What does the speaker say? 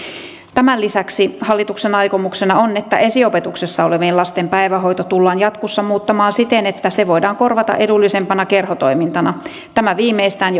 tämän lisäksi hallituksen aikomuksena on että esiopetuksessa olevien lasten päivähoito tullaan jatkossa muuttamaan siten että se voidaan korvata edullisempana kerhotoimintana tämä viimeistään